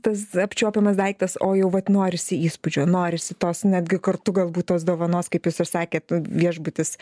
tas apčiuopiamas daiktas o jau vat norisi įspūdžio norisi tos netgi kartu galbūt tos dovanos kaip jūs ir sakėt viešbutis